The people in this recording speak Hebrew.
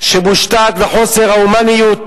שמושתת וחוסר ההומניות,